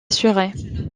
assurée